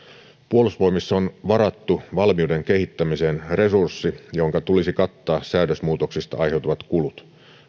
puolustusvoimissa on varattu valmiuden kehittämiseen resurssi jonka tulisi kattaa säädösmuutoksista aiheutuvat kulut